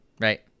right